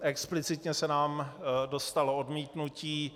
Explicitně se nám dostalo odmítnutí.